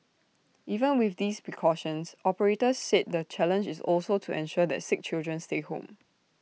even with these precautions operators said the challenge is also to ensure that sick children stay home